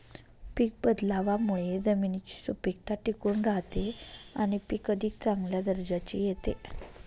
पीक बदलावामुळे जमिनीची सुपीकता टिकून राहते आणि पीक अधिक चांगल्या दर्जाचे येते